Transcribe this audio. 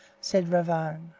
said ravone.